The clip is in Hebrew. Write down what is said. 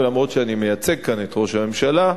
ולמרות העובדה שאני מייצג כאן את ראש הממשלה,